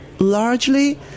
Largely